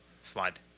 slide